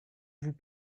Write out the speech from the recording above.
vous